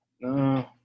No